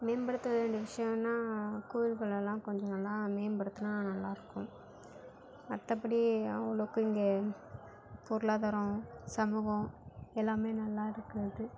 மேம்படுத்த வேண்டிய விஷயோன்னா கோயில் குளலாம் கொஞ்சம் நல்லா மேம்படுத்துனால் நல்லாயிருக்கும் மற்றப்படி அவ்வளோக்கு இங்கே பொருளாதாரம் சமூகம் எல்லாமே நல்லாயிருக்குது